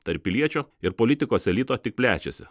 tarp piliečio ir politikos elito tik plečiasi